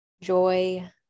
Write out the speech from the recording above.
joy